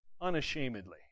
unashamedly